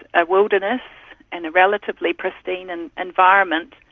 a wilderness and a relatively pristine and environment,